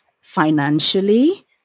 financially